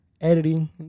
Editing